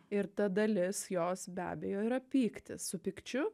ir ta dalis jos be abejo yra pyktis su pykčiu